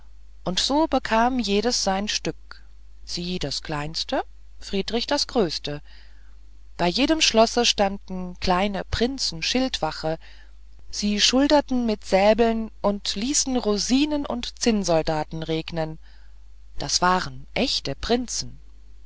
und so bekam jedes sein stück sie das kleinste friedrich das größte bei jedem schlosse standen kleine prinzen schildwache sie schulderten mit säbeln und ließen rosinen und zinnsoldaten regnen das waren echte prinzen